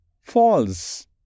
false